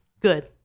Good